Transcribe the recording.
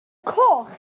coch